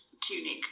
tunic